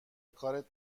کارت